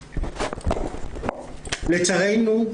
לצערנו,